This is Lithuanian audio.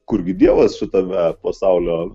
kurgi dievas šitame pasaulio